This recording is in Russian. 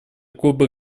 кубы